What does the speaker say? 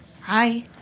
Hi